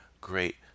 great